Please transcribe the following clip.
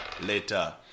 Later